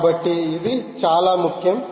కాబట్టి ఇది చాలా ముఖ్యం